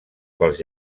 pels